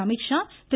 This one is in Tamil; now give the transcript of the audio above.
அமீத்ஷா திரு